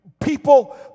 people